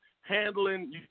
handling